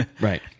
right